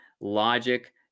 logic